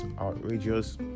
outrageous